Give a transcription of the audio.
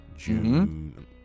June